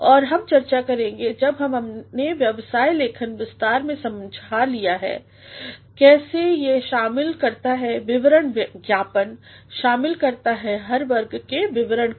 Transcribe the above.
और हम चर्चा करेंगे जब हमने व्यवसाय लेखन विस्तार में समझा लिया हो कैसे यह शामिल करता है विवरण ज्ञापन शामिल करता है हर वर्ग के विवरण को